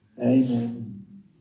Amen